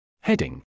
Heading